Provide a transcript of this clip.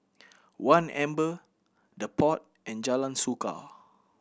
One Amber The Pod and Jalan Suka